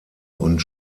und